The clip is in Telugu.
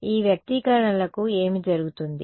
కాబట్టి ఈ వ్యక్తీకరణలకు ఏమి జరుగుతుంది